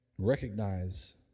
Recognize